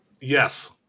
Yes